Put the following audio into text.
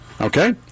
Okay